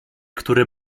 które